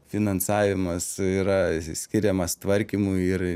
finansavimas yra skiriamas tvarkymui ir